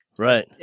Right